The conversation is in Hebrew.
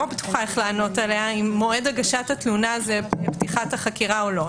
אם מועד הגשת התלונה זה פתיחת החקירה או לא.